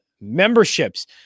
memberships